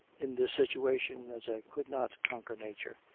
in this situation, as i could not conquer nature,